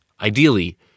Ideally